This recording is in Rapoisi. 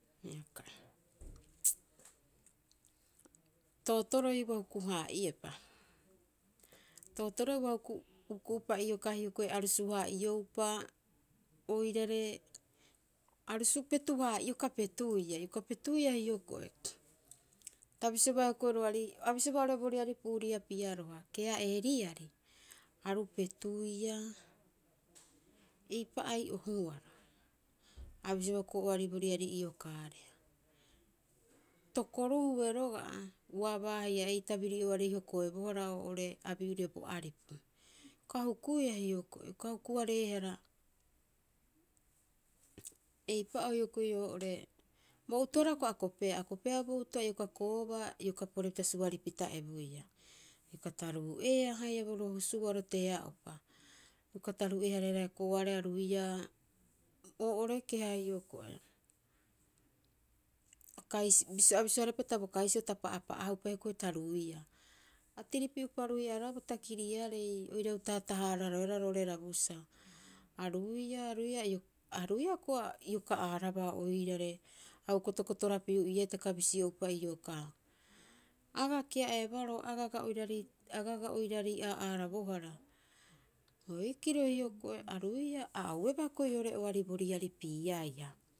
Hioko'i, tootoroi ua huku- haa'iepa, tootoroi ua huku huku'upa hioko'i arusu- haa'ioupa oirare, arusu petu- haa, ioka petuia ioka petuia hioko'i. Ta bisiobaa hioko'i roari, a bisiobaa oo'ore bo riari puuriapiaroha. Kea'ee riari, aru petuiia eipa ai'ohuara. A bisiobaa hioko'i oari bo riari iokaareha, tokoruhue roga'a, uaaba haia ei tabiri'ooarei hokoebohara oo'ore abi'ure bo aripu. Ioka hukuia hioko'i. Ioka huku- hareehara, eipa'oo hioko'i oo'ore, bo utohara hioko'i a kopeea, a kopeea bo uto a ioka koobaa, ioka pore pitaa suari pita ebuiia. Ioka taruu'eea haia bo rohusuaro tea'upa. Ioka taruu'e- hareehara hioko'i oa'are a ruiia, oo'ore keha hioko'i, a kaisi a bisioe bisio pita bo kaisi'o ta pa'apa'ahupa hioko'i ta ruiia. A tiripi'upa ruiia roga'a bo takiriarei oirau tahataha- aararoehara roo'ore rabusaa. A ruiia a ruiia ioka, aruiia hioko'i ioka aaraba oirare, au kotokotorapiu'iia hitaka bisio'upa iokaa, agaa kea'eebaro, agaa aga oiraarei agaa agaa oiraarei aa'aarabohara. Boikiro hioko'i, aruiia a ouebaa hioko'i oo'ore oari bo riari piiaiha.